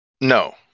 No